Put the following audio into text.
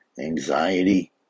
anxiety